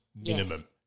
Minimum